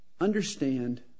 Understand